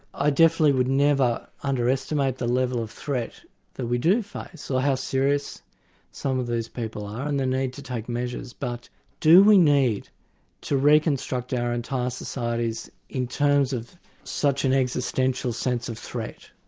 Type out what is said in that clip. i definitely would never underestimate the level of threat that we do face, or so how serious some of these people are and the need to take measures, but do we need to reconstruct our entire societies in terms of such an existential sense of threat?